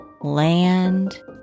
land